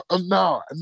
No